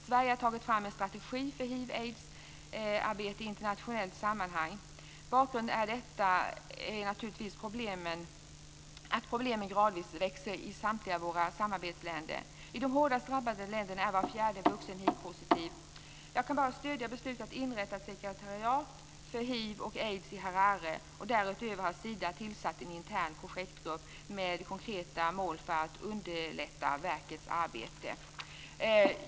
Sverige har tagit fram en strategi för hiv/aidsarbete i internationellt sammanhang. Bakgrunden är naturligtvis att problemen gradvis växer i samtliga våra samarbetsländer. I de hårdast drabbade länderna är var fjärde vuxen hivpositiv. Jag kan bara stödja beslutet att inrätta ett sekretariat för hiv och aids i Harare. Därutöver har Sida tillsatt en intern projektgrupp med konkreta mål för att underlätta arbetet.